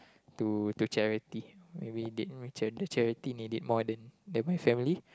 to charity maybe they charity charity need it more than than my family